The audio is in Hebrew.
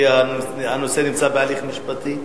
כי הנושא נמצא בהליך משפטי?